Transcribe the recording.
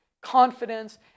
confidence